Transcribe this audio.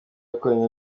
bakorana